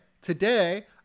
Today